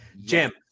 Jim